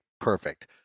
perfect